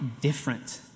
different